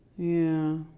yeah.